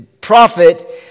prophet